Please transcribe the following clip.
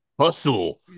Hustle